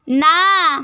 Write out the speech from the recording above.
না